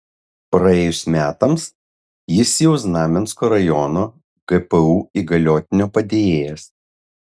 praėjus metams jis jau znamensko rajono gpu įgaliotinio padėjėjas